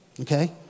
Okay